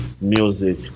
music